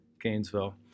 Gainesville